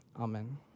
Amen